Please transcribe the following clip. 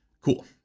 Cool